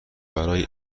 برای